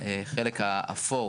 בחלק האפור